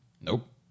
Nope